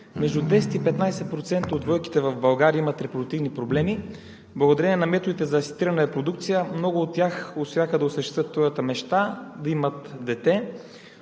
между 10 и 15% от двойките в България имат репродуктивни проблеми. Благодарение на методите за асистирана репродукция много от тях успяха да осъществят своята мечта – да имат дете.